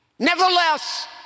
Nevertheless